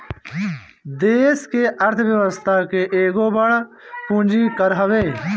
देस के अर्थ व्यवस्था के एगो बड़ पूंजी कर हवे